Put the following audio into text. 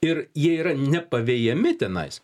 ir jie yra nepavejami tenais